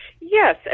Yes